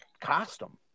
Costume